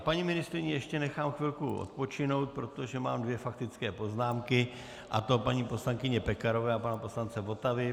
Paní ministryni ještě nechám chvilku odpočinout, protože mám dvě faktické poznámky, a to paní poslankyně Pekarové a pana poslance Votavy.